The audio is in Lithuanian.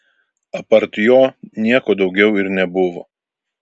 apart jo nieko daugiau ir nebuvo